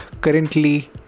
currently